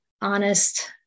honest